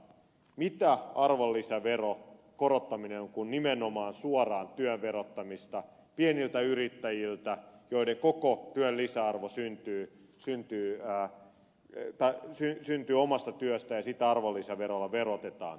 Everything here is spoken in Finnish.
mitä arvonlisäveron korottaminen on muuta kuin nimenomaan suoraan työn verottamista pieniltä yrittäjiltä joiden koko työn lisäarvo syntyy syntyy ja jota siihen syntyy omasta työstä jota arvonlisäverolla verotetaan